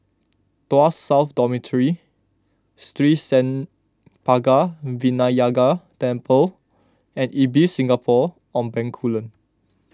Tuas South Dormitory Sri Senpaga Vinayagar Temple and Ibis Singapore on Bencoolen